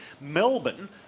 Melbourne